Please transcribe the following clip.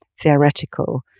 theoretical